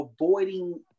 avoiding